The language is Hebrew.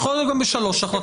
יכול להיות גם בשלוש החלטות,